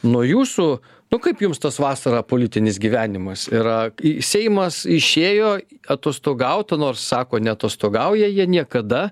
nuo jūsų nu kaip jums tas vasarą politinis gyvenimas yra seimas išėjo atostogaut nors sako neatostogauja jie niekada